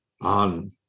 on